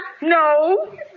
No